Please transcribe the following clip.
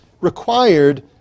required